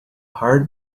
hard